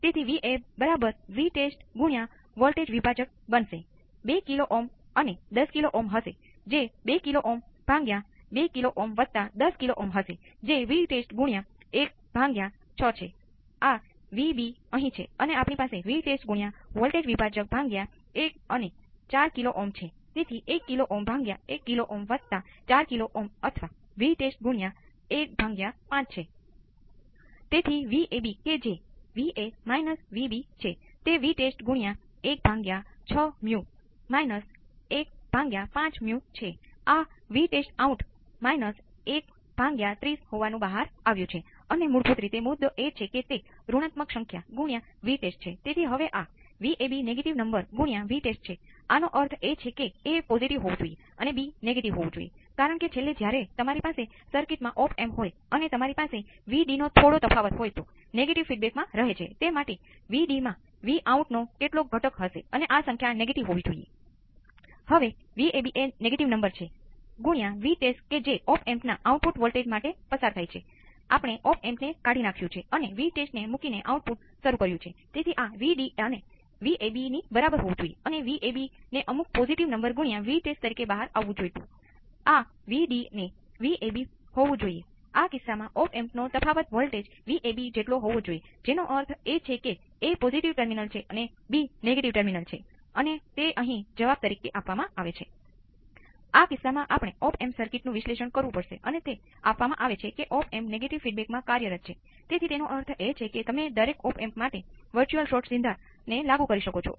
તેથી આમાંના દરેક કુદરતી પ્રતિભાવ કે જે સ્ત્રોત મુક્ત કિસ્સાને અનુલક્ષે છે તે Vc હશે અને તે 0 એક્સપોનેન્શીઅલ ની મૂળભૂત બાબતોથી પરિચિત થયા પછી તમારે વિકલન સમીકરણ લખવાની પણ જરૂર નથી હોતી અને તમે કુદરતી પ્રતિભાવને સરળ રીતે લખી શકશો અને પ્રારંભિક સ્થિતિને ઓળખી શકશો કે જેનું તમે નિયમિત સર્કિટ વિશ્લેષણ કરી શકો છો